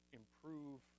improve